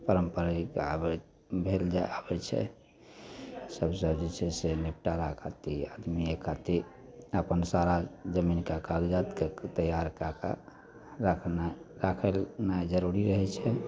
पारम्परिकके आबै भेल जे आबै छै सबसे जे छै निपटारा खातिर आदमिए खातिर अपन सारा जमीनके कागजात तैआर कै के राखना राखैलए जरूरी रहै छै